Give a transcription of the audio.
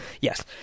Yes